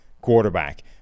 quarterback